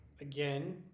Again